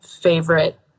favorite